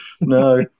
No